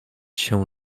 się